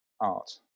art